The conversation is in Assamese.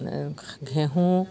ঘেঁহু